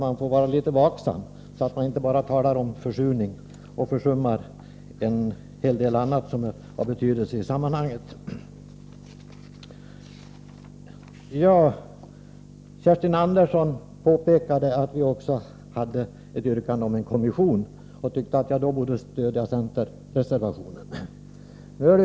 Man får vara litet vaksam så att man inte bara talar om försurning och försummar en hel del annat som har betydelse i sammanhanget. Kerstin Andersson påpekade att vi också hade ett yrkande om en kommission. Hon tyckte att jag då borde stödja centerreservationen.